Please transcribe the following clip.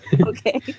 okay